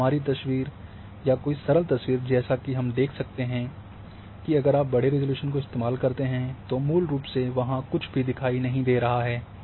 और हमारी तस्वीर या कोई सरल तस्वीर जैसा की हम देख सकते हैं कि अगर आप बड़े रिज़ॉल्यूशन को इस्तेमाल करते हैं तो मूल रूप से वहां कुछ भी दिखाई नहीं दे रहा है